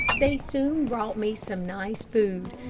they soon brought me some nice food,